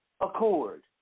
accord